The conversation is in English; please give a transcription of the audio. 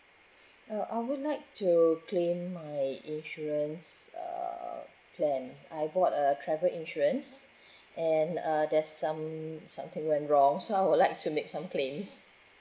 uh I would like to claim my insurance uh plan I bought a travel insurance and uh there's some something went wrong so I would like to make some claim